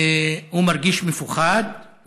הוא מרגיש מפוחד,